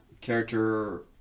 character